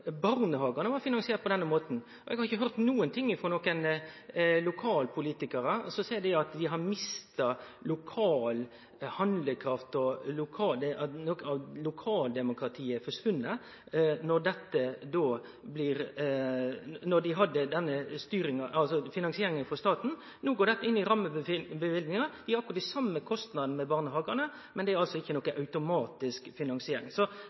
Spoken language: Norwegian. barnehagane var finansierte på denne måten. Eg har ikkje høyrt nokon lokalpolitikarar seie at dei mista lokal handlekraft og at lokaldemokratiet forsvann då dei hadde statleg finansiering. No går dette inn i rammeløyvingane. Det er akkurat dei same kostnadene med barnehagane, men det er altså ikkje noka automatisk finansiering. Så